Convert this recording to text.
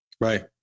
right